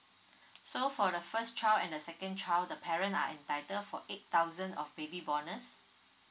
so for the first child and the second child the parent are entitled for eight thousand of baby bonus